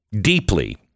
deeply